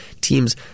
teams